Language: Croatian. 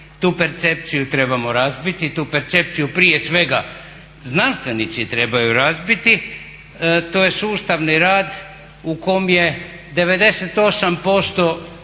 Tu percepciju trebamo razbiti, tu percepciju prije svega znanstvenici trebaju razbiti. To je sustavni rad u kom je 98%